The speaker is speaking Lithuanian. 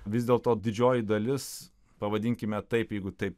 vis dėl to didžioji dalis pavadinkime taip jeigu taip